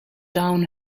down